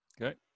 okay